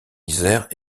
isère